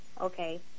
okay